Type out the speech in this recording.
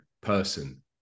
person